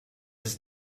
ist